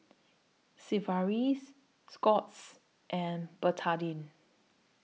Sigvaris Scott's and Betadine